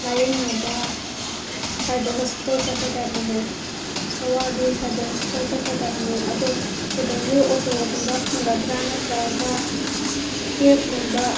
ꯂꯥꯏꯌꯦꯡꯅꯕ ꯁꯥꯏꯕꯣ ꯍꯣꯁꯄꯤꯇꯥꯜ ꯆꯠꯀꯗꯕꯅꯦ ꯀꯛꯋꯥꯒꯤ ꯁꯥꯏꯕꯣ ꯍꯣꯁꯄꯤꯇꯥꯜ ꯆꯠꯀꯗꯕꯅꯦ ꯑꯗꯣ ꯁꯤꯗꯒꯤ ꯑꯣꯇꯣꯒꯨꯝꯕ ꯐꯪꯒꯗ꯭ꯔꯥ ꯅꯠꯇ꯭ꯔꯒ ꯀꯦꯐꯒꯨꯝꯕ